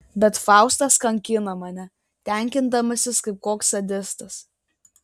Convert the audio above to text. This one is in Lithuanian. bet faustas kankina mane tenkindamasis kaip koks sadistas